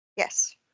Yes